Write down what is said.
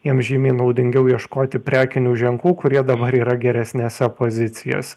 jiem žymiai naudingiau ieškoti prekinių ženklų kurie dabar yra geresnėse pozicijose